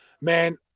man